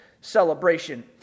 celebration